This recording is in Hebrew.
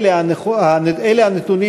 אלה הנתונים,